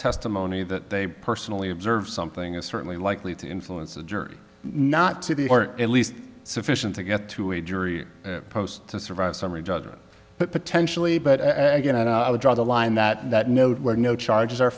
testimony that they personally observed something is certainly likely to influence a jury not to the court at least sufficient to get to a jury post to survive summary judgment but potentially but again i would draw the line that nowhere no charges are